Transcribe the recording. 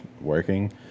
working